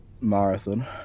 marathon